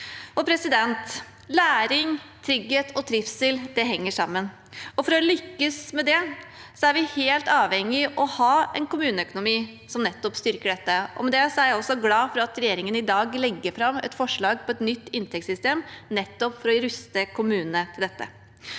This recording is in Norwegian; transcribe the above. så viktig. Læring, trygghet og trivsel henger sammen. For å lykkes med det er vi helt avhengig av å ha en kommuneøkonomi som styrker dette. Med det er jeg glad for at regjeringen i dag legger fram et forslag til nytt inntektssystem for å ruste kommunene for dette.